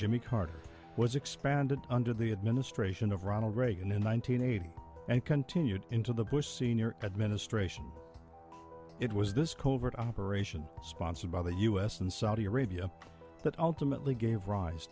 jimmy carter was expanded under the administration of ronald reagan in one nine hundred eighty and continued into the bush sr administration it was this covert operation sponsored by the u s and saudi arabia that ultimately gave rise